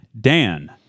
Dan